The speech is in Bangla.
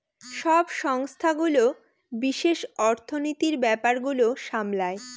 সব সংস্থাগুলো বিশেষ অর্থনীতির ব্যাপার গুলো সামলায়